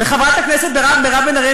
וחברת הכנסת מירב בן ארי,